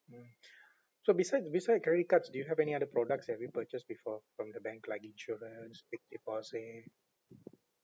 so besides beside the credit cards do you have any other products have you purchased before from the bank like insurance fixed deposit